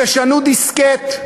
תשנו דיסקט.